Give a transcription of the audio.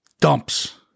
dumps